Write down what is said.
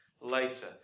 later